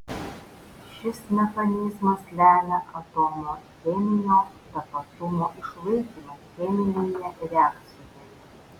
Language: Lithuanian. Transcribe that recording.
šis mechanizmas lemia atomo cheminio tapatumo išlaikymą cheminėje reakcijoje